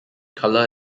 colour